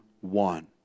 one